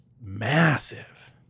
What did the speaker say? massive